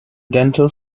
dental